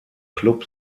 klub